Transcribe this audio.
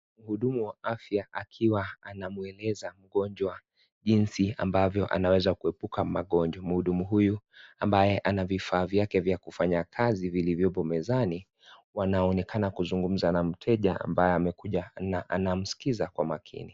Mhudumu wa afya akiwa anamweleza mgonjwa jinsi ambavyo anaweza kuepuka magonjwa . Mhudumu huyu ,ambaye ana vifaa vyake vya kufanya kazi vilivyopo mezani, wanaonekana kuzungumza na mteja ambaye amekuja na anamsikiza kwa makini.